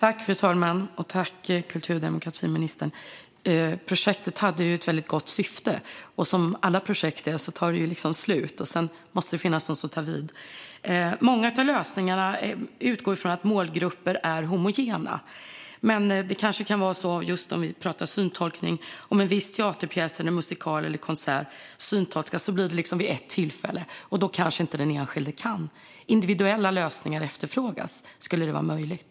Fru talman! Jag tackar kultur och demokratiministern för svaret. Projektet hade ett väldigt gott syfte. Men som alla projekt tog det slut. Sedan måste det finnas något som tar vid. Många av lösningarna utgår från att målgrupper är homogena. Men om till exempel en viss teaterpjäs, musikal eller konsert syntolkas blir det möjligen bara vid ett tillfälle, och då kanske inte den enskilde kan. Individuella lösningar efterfrågas. Skulle det vara möjligt?